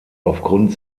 aufgrund